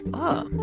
oh